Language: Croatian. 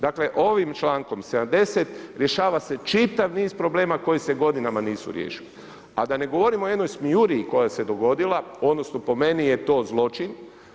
Dakle ovim člankom 70. rješava se čitav niz problema koji se godinama nisu riješili, a da ne govorim o jednoj smijuriji koja se dogodila, odnosno po meni je to zločin.